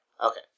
Okay